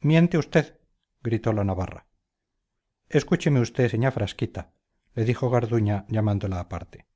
miente usted gritó la navarra escúcheme usted señá frasquita le dijo garduña llamándola aparte